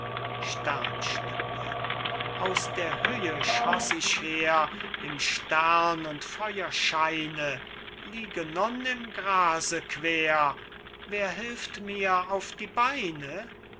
sternschnuppe aus der höhe schoß ich her im stern und feuerscheine liege nun im grase quer wer hilft mir auf die beine